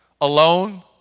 alone